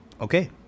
Okay